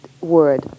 word